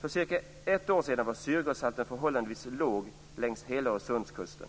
För cirka ett år sedan var syrgashalten förhållandevis låg längs hela Öresundskusten.